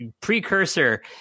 precursor